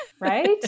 Right